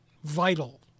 vital